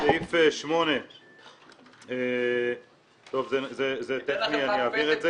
בסעיף 8. את זה אני אעביר.